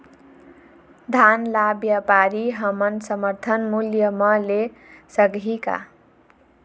धान ला व्यापारी हमन समर्थन मूल्य म ले सकही का?